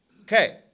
Okay